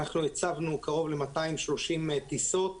הצבנו קרוב ל-230 טיסות